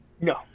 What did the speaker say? No